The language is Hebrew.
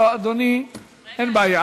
אדוני, אין בעיה.